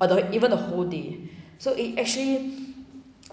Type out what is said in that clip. although even the whole day so it actually